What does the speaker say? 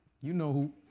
You-Know-Who